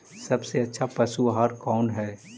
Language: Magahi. सबसे अच्छा पशु आहार कौन है?